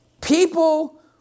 People